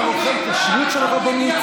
אתה אוכל כשרות של הרבנות?